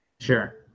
Sure